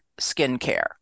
skincare